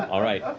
all right.